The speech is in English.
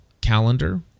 Calendar